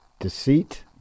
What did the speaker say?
deceit